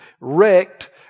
wrecked